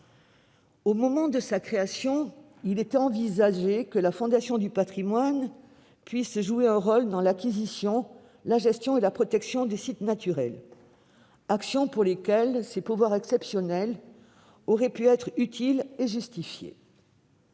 Au moment de sa création, il était envisagé que la Fondation du patrimoine puisse jouer un rôle dans l'acquisition, la gestion et la protection de sites naturels, actions pour lesquelles ces pouvoirs exceptionnels auraient pu être utiles et justifiés.